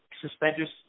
suspenders